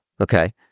Okay